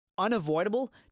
unavoidable